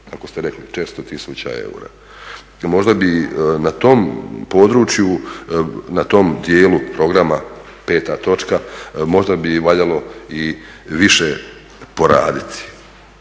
kako ste rekli, 400 tisuća eura. Možda bi na tom području, na tom dijelu programa peta točka, možda bi valjalo i više poraditi.